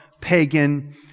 pagan